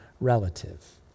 relative